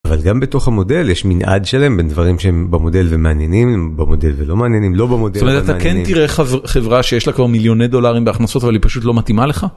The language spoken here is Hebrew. אבל גם בתוך המודל יש מנעד שלם בין דברים שהם במודל ומעניינים, במודל ולא מעניינים, לא במודל ומעניינים. זאת אומרת, אתה כן תראה חברה שיש לה כבר מיליוני דולרים בהכנסות אבל היא פשוט לא מתאימה לך?